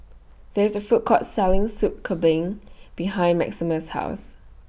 There IS A Food Court Selling Soup Kambing behind Maximus' House